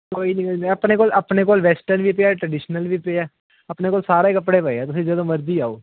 ਕੋਈ ਨਹੀ ਮਿਲਦੇ ਆਪਣੇ ਕੋਲ ਆਪਣੇ ਕੋਲ ਵੈਸਟਰਨ ਵੀ ਪਿਆ ਟ੍ਰੈਡੀਸ਼ਨਲ ਵੀ ਪਿਆ ਆਪਣੇ ਕੋਲ ਸਾਰੇ ਕੱਪੜੇ ਪਏ ਹੈ ਤੁਸੀਂ ਜਦੋਂ ਮਰਜ਼ੀ ਆਓ